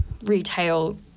retail